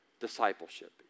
discipleship